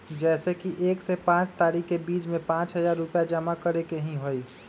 जैसे कि एक से पाँच तारीक के बीज में पाँच हजार रुपया जमा करेके ही हैई?